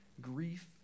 grief